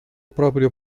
proprio